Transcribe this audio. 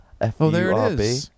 F-U-R-B